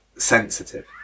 sensitive